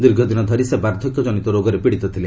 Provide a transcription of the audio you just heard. ଦୀର୍ଘଦିନ ଧରି ସେ ବାର୍ଦ୍ଧକ୍ୟଜନିତ ରୋଗରେ ପୀଡ଼ିତ ଥିଲେ